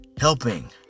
helping